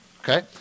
Okay